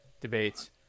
debates